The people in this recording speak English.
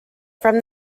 from